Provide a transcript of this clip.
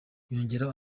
yongeyeho